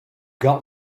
got